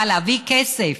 אבל להביא כסף,